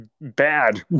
bad